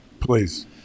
Please